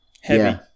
Heavy